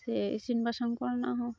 ᱥᱮ ᱤᱥᱤᱱ ᱵᱟᱥᱟᱝ ᱠᱚᱨᱮᱱᱟᱜ